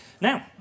Now